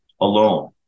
alone